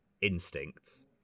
instincts